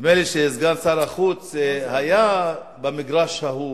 נדמה לי שסגן שר החוץ היה במגרש ההוא